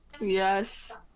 Yes